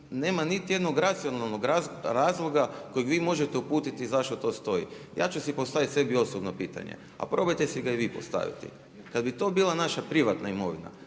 nema niti jednog racionalnog razloga kojeg vi možete uputiti zašto to stoji. Ja ću si postaviti sebi osobno pitanje, a probajte si ga i vi postaviti. Kad bi to bila naša privatna imovina,